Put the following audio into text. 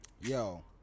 Yo